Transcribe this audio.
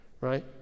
right